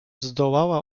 zdołała